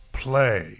play